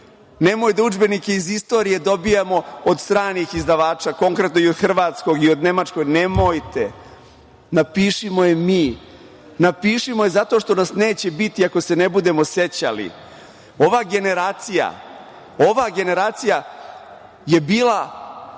Nemoj da udžbenike istorije dobijamo od stranih izdavača, konkretno i od hrvatskog i od nemačkog, nemojte. Napišimo je mi. Napišimo je zato što nas neće biti ako se ne budemo sećali. Ova generacija je bila